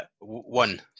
One